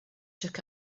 took